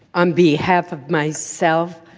on behalf of myself,